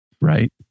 Right